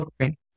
Okay